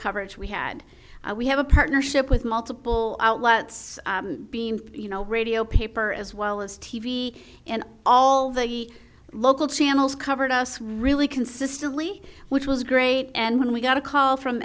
coverage we had we have a partnership with multiple outlets you know radio paper as well as t v and all the local channels covered us really consistently which was great and when we got a call from